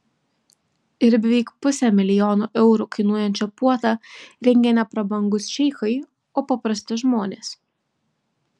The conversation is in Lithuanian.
ir beveik pusę milijono eurų kainuojančią puotą rengė ne prabangūs šeichai o paprasti žmonės